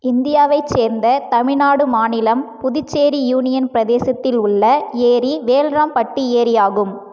இந்தியாவைச் சேர்ந்த தமிழ்நாடு மாநிலம் புதுச்சேரி யூனியன் பிரதேசத்தில் உள்ள ஏரி வேல்ராம்பட்டி ஏரியாகும்